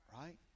right